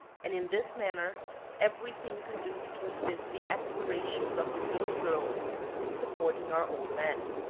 and in this manner everything conduced to assist the expira tions of the little girls in supporting our old man.